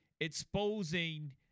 exposing